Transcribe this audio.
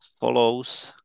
follows